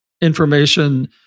information